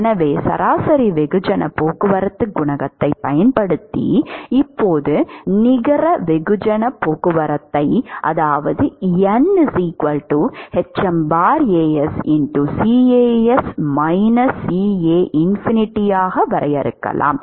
எனவே சராசரி வெகுஜன போக்குவரத்து குணகத்தைப் பயன்படுத்தி இப்போது நிகர வெகுஜன போக்குவரத்தை ஆக வரையறுக்கலாம்